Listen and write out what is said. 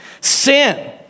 Sin